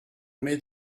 made